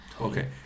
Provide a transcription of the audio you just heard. Okay